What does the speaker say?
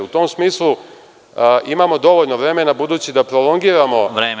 U tom smislu imamo dovoljno vremena, budući da prolongiramo…